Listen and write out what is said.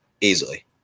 easily